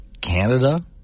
Canada